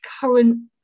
current